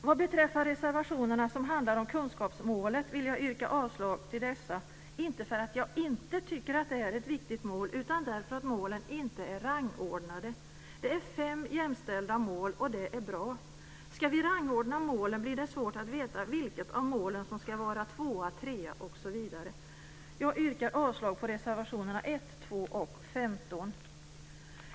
Vad beträffar reservationerna som handlar om kunskapsmålet vill jag yrka avslag till dessa, inte för att jag inte tycker att det är ett viktigt mål, utan därför att målen inte är rangordnade. Det är fem jämställda mål och det är bra. Ska vi rangordna målen blir det svårt att veta vilket mål som ska vara tvåa, trea osv. Jag yrkar avslag på reservationerna 1,2 och 15.